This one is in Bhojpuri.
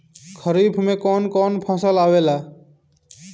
खरीफ में कौन कौन फसल आवेला?